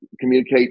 communicate